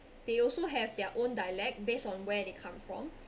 they also have their own dialect based on where they come from